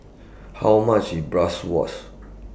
How much IS Bratwurst